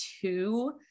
two